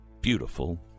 beautiful